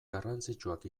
garrantzitsuak